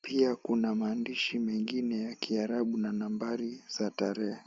Pia kuna maandishi mengine ya kiarabu na nambari za tarehe.